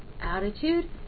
attitude